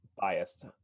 biased